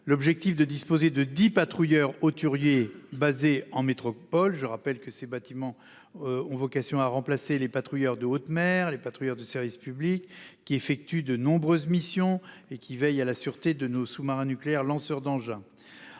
l'objectif de disposer de dix patrouilleurs hauturiers basés en métropole. Je rappelle que ces bâtiments ont vocation à remplacer les patrouilleurs de haute mer et les patrouilleurs de service public, qui effectuent de nombreuses missions et veillent à la sûreté de nos sous-marins nucléaires lanceurs d'engins.